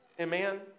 Amen